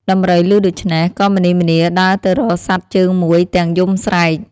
ដំរីឮដូច្នេះ ក៏ម្នីម្នាដើរទៅរកសត្វជើងមួយទាំងយំស្រែក។